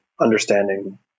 understanding